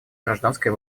гражданской